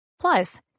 plus